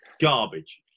garbage